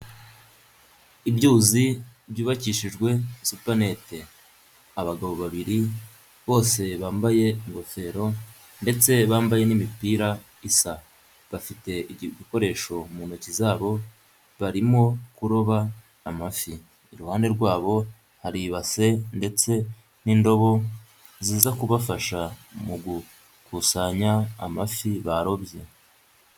Ibyuzi byubakishijwe supanete, abagabo babiri bose bambaye ingofero ndetse bambaye n'imipira isa, bafite ibikoresho mu ntoki zabo barimo kuroba amafi, iruhande rwabo hari ibase ndetse n'indobo ziza kubafasha mu gukusanya amafi barobye.